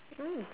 mm